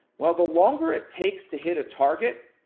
well, the longer it takes to hit a target,